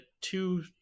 two